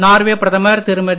Norway பிரதமர் திருமதி